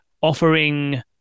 offering